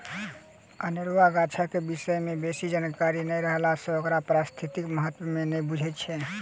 अनेरुआ गाछक विषय मे बेसी जानकारी नै रहला सँ ओकर पारिस्थितिक महत्व के नै बुझैत छी